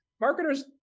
Marketers